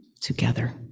together